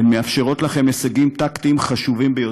הן מאפשרות לכם הישגים טקטיים חשובים ביותר.